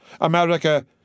America